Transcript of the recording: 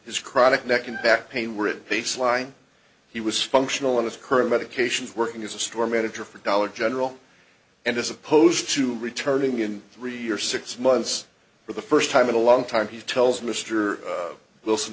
his chronic neck and back pain were in baseline he was functional in this current medications working as a store manager for dollar general and as opposed to returning in three years six months for the first time in a long time he tells mr wilson